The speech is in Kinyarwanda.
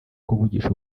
kuvugisha